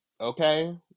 Okay